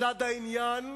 מצד העניין,